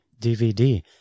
DVD